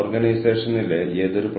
മാറ്റത്തിനെതിരായ സ്ഥിരത